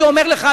אני אומר לך,